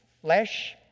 flesh